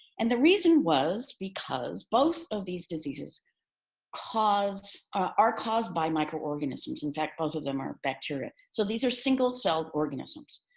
and the reason was because both of these diseases are caused by microorganisms. in fact, both of them are bacteria so these are single-celled organisms.